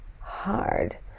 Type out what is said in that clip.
hard